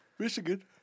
Michigan